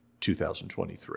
2023